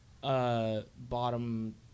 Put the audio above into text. Bottom